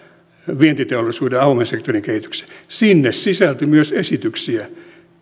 vientiteollisuuden ja avoimen sektorin kehitykseen sinne sisältyi myös esityksiä